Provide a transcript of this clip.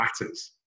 matters